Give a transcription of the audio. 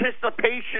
participation